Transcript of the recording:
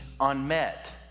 unmet